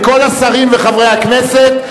מכל השרים וחברי הכנסת,